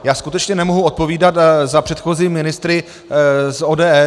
Já skutečně nemohu odpovídat za předchozí ministry z ODS.